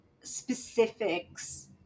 specifics